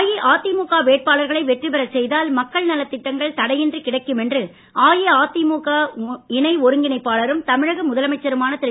அஇஅதிமுக வேட்பாளர்களை வெற்றி பெற செய்தால் மக்கள் நல திட்டங்கள் தடையின்றி கிடைக்கும் என்று அஇஅதிமுக இணைஒருங்கிணைப்பாளரும் தமிழக முதலமைச்சருமான திரு